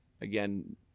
again